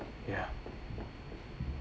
ya